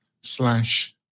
slash